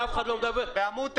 נדיב.